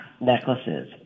necklaces